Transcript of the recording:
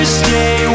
stay